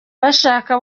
bashaka